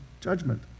judgment